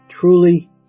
Truly